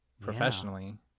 professionally